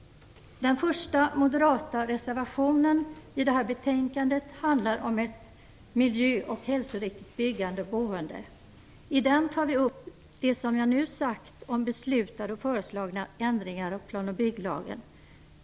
Den första reservationen i detta betänkande är en moderat reservation som handlar om ett miljö och hälsoriktigt byggande och boende. Vi tar upp det som jag nu sagt om beslutade och föreslagna ändringar av plan och bygglagen.